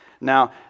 Now